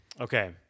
okay